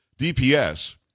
DPS